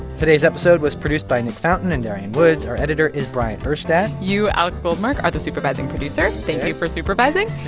today's episode was produced by nick fountain and darian woods. our editor is bryant urstadt you, alex goldmark, are the supervising producer. thank you for supervising.